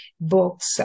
books